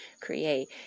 create